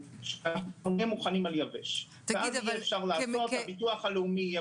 --- שנהיה מוכנים על יבש ואז הביטוח הלאומי יהיה